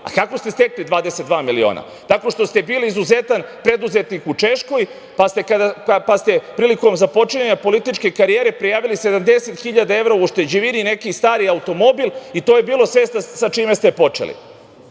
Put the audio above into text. ste stekli 22 miliona? Tako što ste bili izuzetan preduzetnik u Češkoj, pa ste prilikom započinjanja političke karijere prijavili 70.000 evra u ušteđevini i neki stari automobil i to je bilo sve sa čime ste počeli